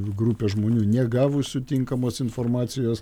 grupė žmonių negavusių tinkamos informacijos